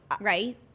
right